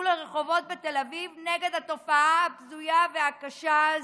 לרחובות בתל אביב נגד התופעה הבזויה והקשה הזאת.